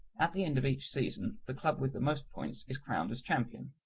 at the end of each season, the club with the most points is crowned as champion.